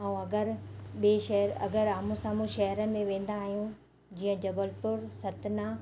ऐं अगरि ॿिए शहरु अगरि आमू साम्हूं शहर में वेंदा आहियूं जीअं जबलपुर सतना